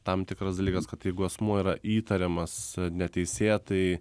tam tikras dalykas kad jeigu asmuo yra įtariamas neteisėtai